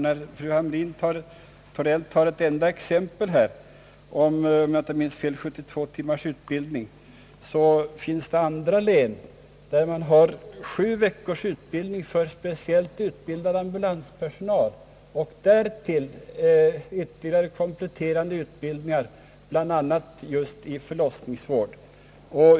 När fru Hamrin-Thorell tar ett enda exempel, om jag inte minns fel, 72 timmars utbildning, så finns det andra län där man har sju veckors utbildning för speciellt utbildad ambulanspersonal och därtill ytterligare kompletterande utbildning bl.a. just i förlossningsvård.